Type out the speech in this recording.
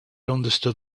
understood